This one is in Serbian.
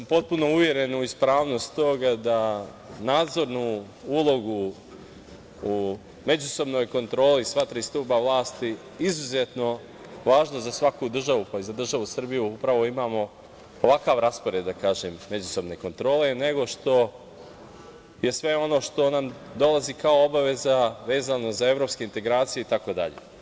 Uveren sam u ispravnost toga da nadzornu ulogu u međusobnoj kontroli sva tri stuba vlasti izuzetno važno za svaku državu, pa i za državu Srbiju, upravo imamo ovakav raspored međusobne kontrole, nego što je sve ono što dolazi kao obaveza, vezano za evropske integracije itd.